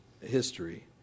history